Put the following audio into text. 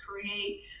create